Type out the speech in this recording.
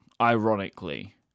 ironically